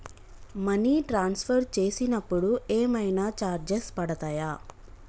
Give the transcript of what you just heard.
Money transfer చేసినప్పుడు ఏమైనా charges పడతయా?